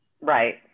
right